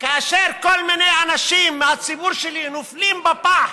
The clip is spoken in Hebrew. כאשר כל מיני אנשים מהציבור שלי נופלים בפח